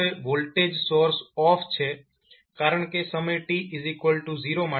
હવે voltage source off છે કારણ કે સમય t0 માટે આ 0 હશે